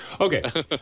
Okay